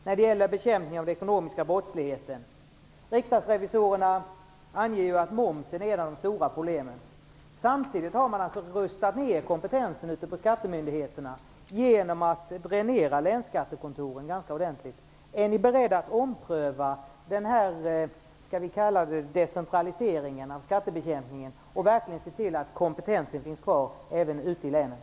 När det gäller bekämpningen av den ekonomiska brottsligheten anser Riksdagens revisorer att momsen är ett av de stora problemen. Samtidigt har man rustat ner kompetensen ute på skattemyndigheterna genom att dränera länsskattekontoren ganska ordentligt. Är ni beredda att ompröva denna - låt oss kalla det så - decentralisering av skattebekämpningen och verkligen se till att kompetensen finns kvar även ute i länen?